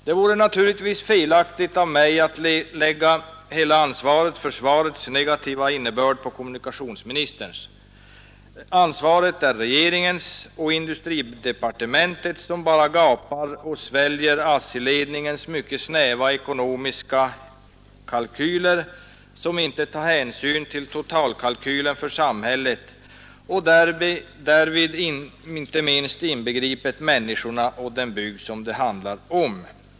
Det vore naturligtvis felaktigt av mig att lägga hela ansvaret för svarets negativa innebörd på kommunikationsministern. Ansvaret är regeringens och industridepartementets som bara gapar och sväljer ASSI-ledningens mycket snäva ekonomiska kalkyler som inte tar hänsyn till totalkalkylen för samhället, däri inbegripet inte minst människorna och den bygd det här handlar om.